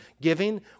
giving